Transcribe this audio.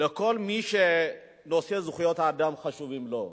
לכל מי שנושא זכויות האדם חשוב לו.